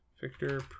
Victor